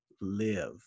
live